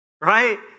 Right